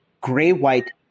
gray-white